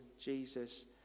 Jesus